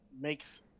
makes